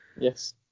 Yes